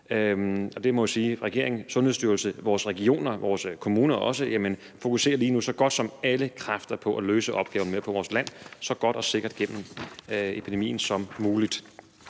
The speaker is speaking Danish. Og der må man jo sige, at regeringen, Sundhedsstyrelsen, vores regioner og vores kommuner lige nu fokuserer så godt som alle kræfter på at løse opgaven med at få vores land så godt og sikkert igennem epidemien som muligt.